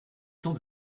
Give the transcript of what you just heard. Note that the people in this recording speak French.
temps